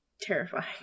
terrifying